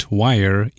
wire